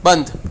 બંધ